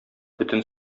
бөтен